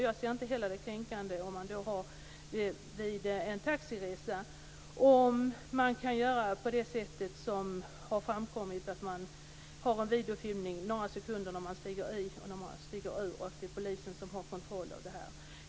Jag ser inte heller det kränkande i att göra detta vid en taxiresa, om man kan göra på det sätt som har framkommit, att videofilmningen sker under några sekunder när man stiger i och när man stiger ur bilen och att det är polisen som har kontrollen.